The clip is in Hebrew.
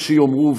יש שיאמרו,